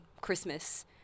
Christmas